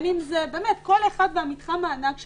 כל אחד והמתחם הענק שלו.